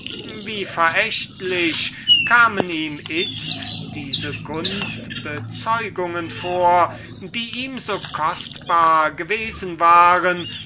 wie verächtlich kamen ihm itzt diese gunstbezeugungen vor welche ihm so kostbar gewesen waren